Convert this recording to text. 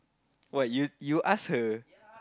what you you ask her